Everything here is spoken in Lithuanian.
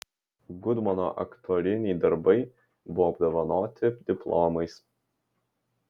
gudmono aktoriniai darbai buvo apdovanoti diplomais